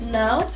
now